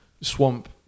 swamp